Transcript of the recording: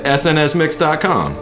snsmix.com